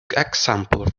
example